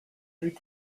luc